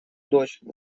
дочь